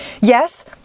Yes